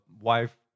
wife